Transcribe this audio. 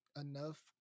enough